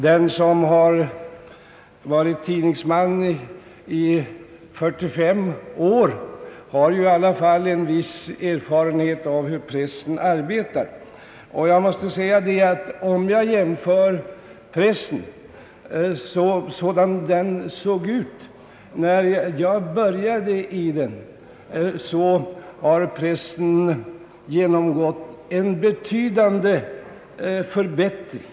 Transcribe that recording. Den som har varit tidningsman i 45 år har ändå en viss erfarenhet av hur pressen arbetar. Om jag jämför pressen sådan den var när jag började min verksamhet som tidningsman med pressen i dag, måste jag säga att pressen har genomgått en betydande förbättring.